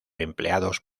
empleados